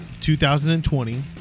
2020